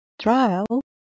Trial